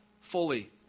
fully